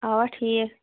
اَوا ٹھیٖک